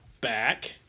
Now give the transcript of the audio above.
back